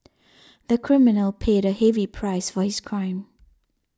the criminal paid a heavy price for his crime